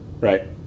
Right